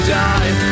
die